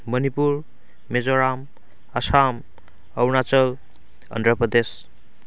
Manipur Mizoram Assam Arunachal Andhra Pradesh